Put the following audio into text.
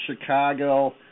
Chicago